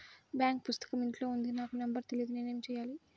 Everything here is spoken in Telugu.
బాంక్ పుస్తకం ఇంట్లో ఉంది నాకు నంబర్ తెలియదు నేను ఏమి చెయ్యాలి?